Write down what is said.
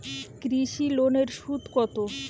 কৃষি লোনের সুদ কত?